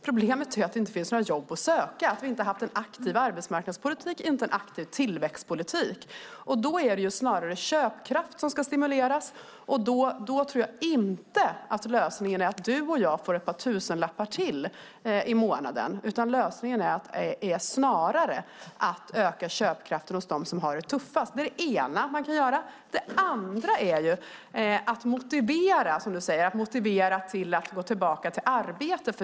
Problemet är att det inte finns några jobb att söka och att vi inte har haft en aktiv arbetsmarknadspolitik och tillväxtpolitik. Det är snarare köpkraft som ska stimuleras. Jag tror inte att lösningen är att du och jag får ett par tusenlappar till i månaden. Lösningen är snarare att öka köpkraften hos dem som har det tuffast. Det är det ena man kan göra. Det andra man kan göra är att motivera den som är i utanförskap att gå tillbaka i arbete.